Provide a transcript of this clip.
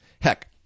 Heck